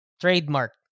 Trademark